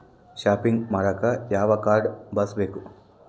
Shopping ಮಾಡಾಕ ಯಾವ card ಬಳಸಬೇಕು?